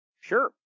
Sure